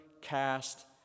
cast